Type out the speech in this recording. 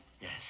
Yes